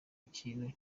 ikintu